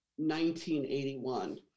1981